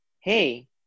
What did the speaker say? hey